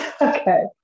okay